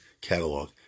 catalog